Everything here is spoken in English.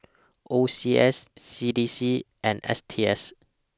O C S C D C and S T S